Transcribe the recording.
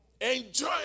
Enjoy